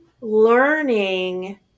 learning